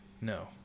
No